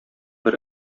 бер